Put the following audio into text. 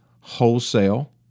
wholesale